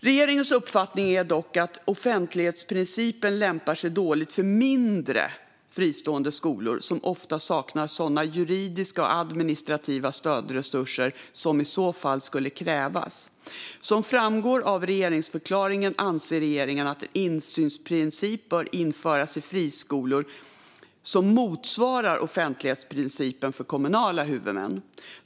Regeringens uppfattning är dock att offentlighetsprincipen lämpar sig dåligt för mindre fristående skolor som ofta saknar sådana juridiska och administrativa stödresurser som i så fall skulle krävas. Som framgår av regeringsförklaringen anser regeringen att en insynsprincip bör införas i fristående skolor som motsvarar offentlighetsprincipen för kommunala huvudmän.